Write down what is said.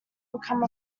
become